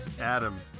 Adam